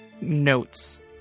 notes